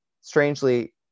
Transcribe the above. Strangely